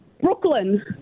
Brooklyn